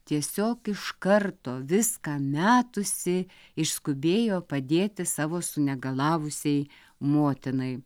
tiesiog iš karto viską metusi išskubėjo padėti savo sunegalavusiai motinai